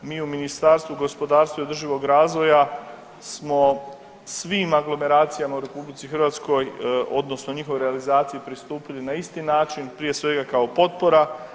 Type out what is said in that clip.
Mi u Ministarstvu gospodarstva i održivog razvoja smo svim aglomeracijama u RH odnosno njihovoj realizaciji pristupili na isti način, prije svega kao potpora.